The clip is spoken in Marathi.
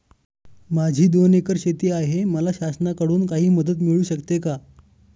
माझी दोन एकर शेती आहे, मला शासनाकडून काही मदत मिळू शकते का?